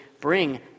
bring